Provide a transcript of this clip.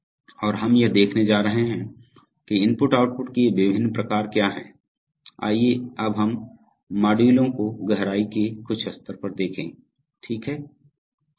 और हम यह देखने जा रहे हैं कि IO के ये विभिन्न प्रकार क्या हैं आइए अब हम इन मॉड्यूलों को गहराई के कुछ स्तर पर देखें ठीक है